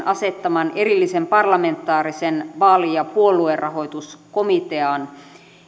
asettaman erillisen parlamentaarisen vaali ja puoluerahoituskomitean